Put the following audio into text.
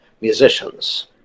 musicians